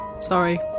Sorry